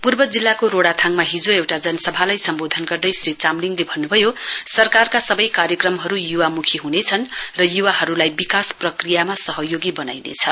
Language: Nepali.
पूर्व जिल्लाको रोडाथाङमा हिजो एउटा जनसभालाई सम्बोधन गर्दै श्री चामलिङले भन्नु भयो सरकारका सबै कार्यक्रमहरू युवामुखी ह्नेछन् र युवाहरूलाई विकास प्रक्रियामा सहयोगी बनाइनेछ